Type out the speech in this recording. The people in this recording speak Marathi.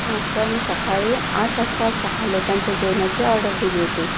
हं सर मी सकाळी आठ वाजता सहा लोकांच्या जेवणाची ऑर्डर दिली होती